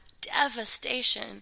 devastation